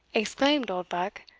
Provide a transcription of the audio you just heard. exclaimed oldbuck,